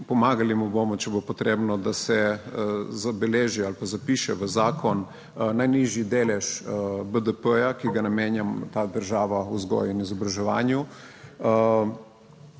pomagali mu bomo, če bo potrebno, da se zabeleži ali pa zapiše v zakon najnižji delež BDP, ki ga namenjamo ta država vzgoji in izobraževanju.